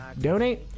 donate